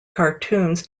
cartoons